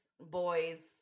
boys